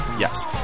Yes